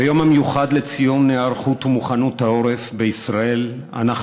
ביום המיוחד לציון היערכות ומוכנות העורף בישראל אנחנו